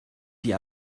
die